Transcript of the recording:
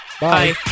Bye